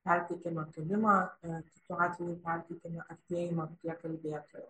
perteikiame toliką kitu atveju perteikiame artėjimą prie kalbėtojo